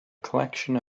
collection